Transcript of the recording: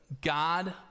God